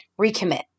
recommit